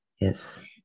Yes